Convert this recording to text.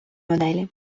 моделі